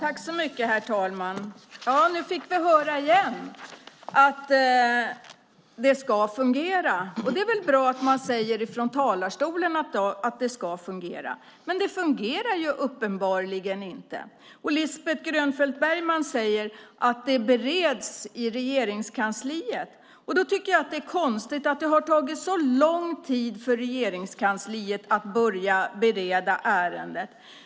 Herr talman! Nu fick vi återigen höra att det ska fungera. Det är väl bra att man säger det från talarstolen. Men det fungerar ju uppenbarligen inte! Lisbeth Grönfeldt Bergman säger att detta bereds i Regeringskansliet. Det är väl konstigt att det har tagit så lång tid för Regeringskansliet att börja bereda ärendet.